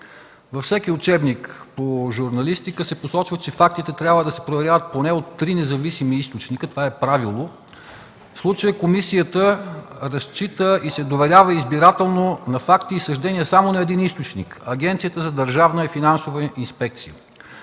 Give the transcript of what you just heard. Във всеки учебник по журналистика се посочва, че фактите трябва да се проверяват поне от три независими източника – това е правило. В случая комисията разчита и се доверява избирателно на факти и съждения само на един източник – Агенцията за държавна и финансова инспекция.